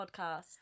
podcast